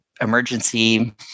emergency